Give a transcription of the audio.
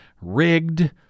rigged